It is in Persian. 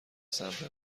سمت